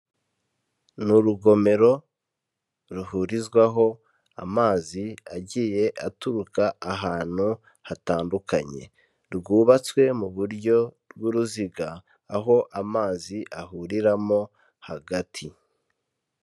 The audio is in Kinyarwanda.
Ni urugomero ruhurizwamo amazi agiye aturuka ahantu hatandukanye rwubatswe mu buryo bw'uruziga, aho amazi ahuriramo hagati.